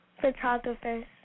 Photographers